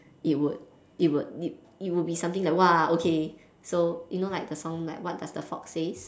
it would it would it it would be something like !wah! okay so you know like the song like what does the fox says